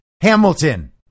Hamilton